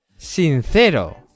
Sincero